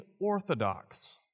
orthodox